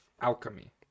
alchemy